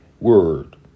word